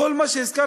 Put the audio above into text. כל מה שהזכרתי,